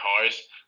cars